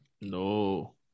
No